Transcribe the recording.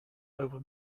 over